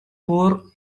poor